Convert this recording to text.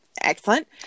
Excellent